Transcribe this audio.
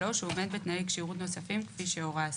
הוא עומד בתנאי כשירות נוספים כפי שהורה השר.